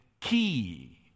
key